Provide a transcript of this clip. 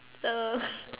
the